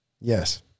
Yes